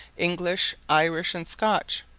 english, irish, and scotch.